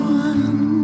one